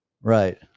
right